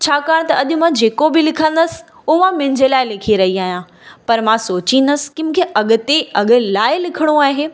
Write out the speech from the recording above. छाकाणि त अॼु मां जेको बि लिखंदसि उहो मां मुंहिंजे लाइ लिखी रही आहियां पर मां सोचींदसि की मूंखे अॻिते अॻु लाइ लिखिणो आहे